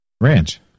Ranch